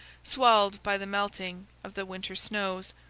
swelled by the melting of the winter snows,